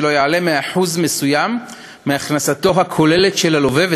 שלא יעלה משיעור מסוים מהכנסתו הכוללת של הלווה.